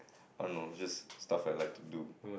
I don't know it's just stuff I like to do